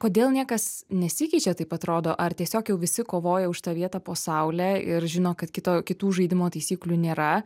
kodėl niekas nesikeičia taip atrodo ar tiesiog jau visi kovoja už tą vietą po saule ir žino kad kito kitų žaidimo taisyklių nėra